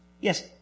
Yes